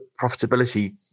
profitability